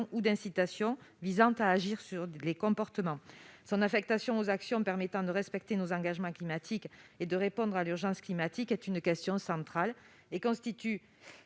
ou d'incitation visant à agir sur les comportements. Son affectation aux actions permettant de respecter nos engagements en faveur du climat et de répondre à l'urgence climatique est une question centrale. En outre,